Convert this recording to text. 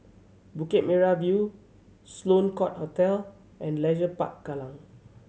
Bukit Merah View Sloane Court Hotel and Leisure Park Kallang